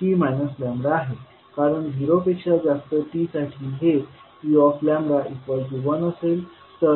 t आहे कारण zero पेक्षा जास्त t साठी हे u1असेल